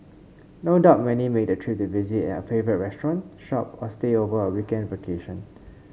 no doubt many make the trip to visit a favourite restaurant shop or stay over a weekend vacation